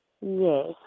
Yes